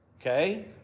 okay